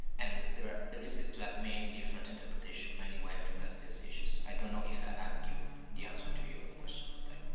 and the the risk is to have many different interpretations, many ways to address these issues. i don't know if ah i've given the answer to your question, but i